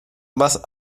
más